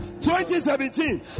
2017